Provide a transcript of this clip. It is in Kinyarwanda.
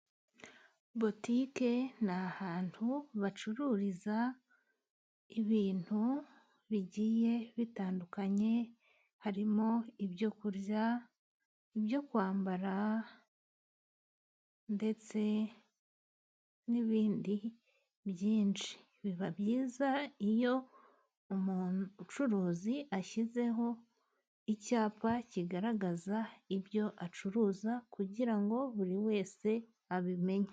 Botike ni ahantu bacururiza ibintu bigiye bitandukanye harimo ibyo kurya, ibyo kwambara ndetse n'ibindi byinshi. Biba byiza iyo umucuruzi ashyizeho icyapa kigaragaza ibyo acuruza kugira ngo buri wese abimenye.